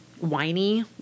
whiny